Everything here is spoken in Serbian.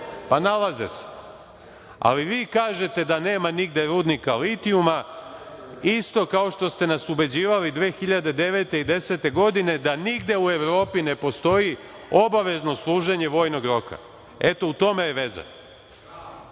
Pa, nalaze se. Vi kažete da nema nigde rudnika litijuma, isto kao što ste nas ubeđivali 2009. i 2010. godine da nigde u Evropi ne postoji obavezno služenje vojnog roka. Eto, u tome je